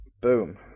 Boom